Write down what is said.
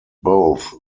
both